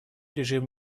режим